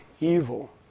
evil